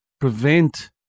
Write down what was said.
prevent